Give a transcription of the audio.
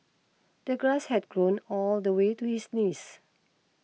the grass had grown all the way to his knees